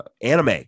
anime